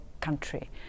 country